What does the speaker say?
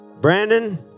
Brandon